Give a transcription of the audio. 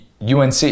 UNC